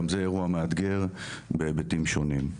גם זה אירוע מאתגר בהיבטים שונים.